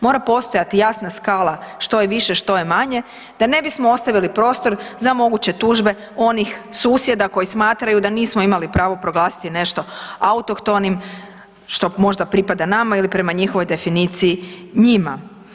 Mora postojati jasna skala što je više, što je manje, te ne bismo ostavili prostor za moguće tužbe onih susjeda koji smatraju da nismo imali pravo proglasiti nešto autohtonim što možda pripada nama ili prema njihovoj definiciji njima.